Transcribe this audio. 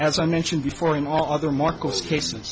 as i mentioned before in all other markets cases